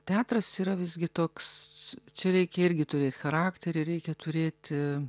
teatras yra visgi toks čia reikia irgi turėt charakterį reikia turėti